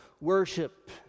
worship